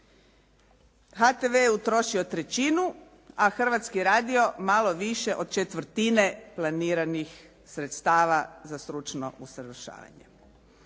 HTV je utrošio trećinu, a Hrvatski radio malo više od četvrtine planiranih sredstava za stručno usavršavanje.